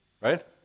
right